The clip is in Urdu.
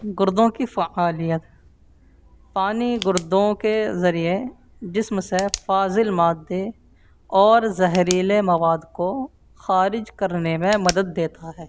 گردوں کی فعالیت پانی گردوں کے ذریعے جسم سے فاضل مادے اور زہریلے مواد کو خارج کرنے میں مدد دیتا ہے